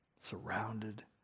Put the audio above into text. surrounded